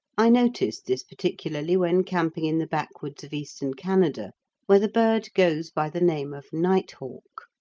i noticed this particularly when camping in the backwoods of eastern canada where the bird goes by the name of nighthawk.